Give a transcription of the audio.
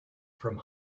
from